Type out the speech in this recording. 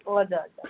हजुर हजुर